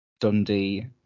Dundee